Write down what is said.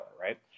right